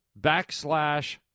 backslash